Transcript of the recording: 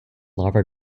larva